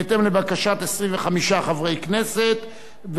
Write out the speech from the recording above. בהתאם לסעיף 31 בחוק-יסוד: הממשלה,